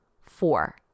Four